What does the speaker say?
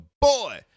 boy